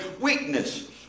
weakness